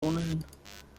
ohnehin